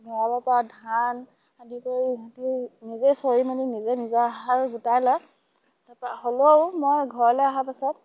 ভঁৰালৰপৰা ধান খান্দি কৰি সিহঁতি নিজে চৰি মেলি নিজে নিজৰ আহাৰ গোটাই লয় তাৰপৰা হ'লেও মই ঘৰলৈ অহাৰ পাছত